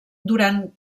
duran